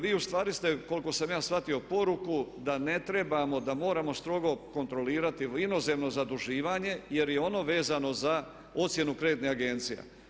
Vi ustvari ste koliko sam ja shvatio poruku da ne trebamo, da moramo strogo kontrolirati inozemno zaduživanje jer je ono vezano za ocjenu kreditnih agencija.